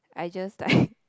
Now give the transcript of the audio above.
I just like